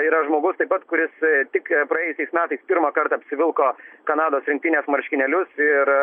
yra žmogus taip pat kuris tik praėjusiais metais pirmą kartą apsivilko kanados rinktinės marškinėlius ir